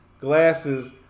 glasses